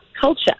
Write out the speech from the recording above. culture